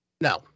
No